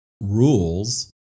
rules